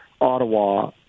Ottawa